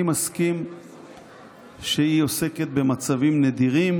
אני מסכים שהיא עוסקת במצבים נדירים